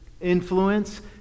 influence